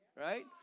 right